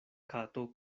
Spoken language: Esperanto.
kato